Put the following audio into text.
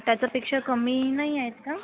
त्याच्यापेक्षा कमी नाही आहेत का